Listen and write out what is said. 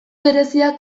berezia